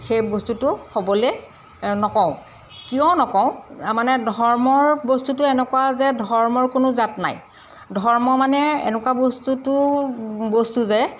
সেই বস্তুটো হ'বলৈ নকওঁ কিয় নকওঁ মানে ধৰ্মৰ বস্তুটো এনেকুৱা যে ধৰ্মৰ কোনো জাত নাই ধৰ্ম মানে এনেকুৱা বস্তুটো বস্তু যে